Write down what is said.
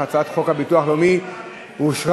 ההצעה להעביר את הצעת חוק הביטוח הלאומי (תיקון מס' 160)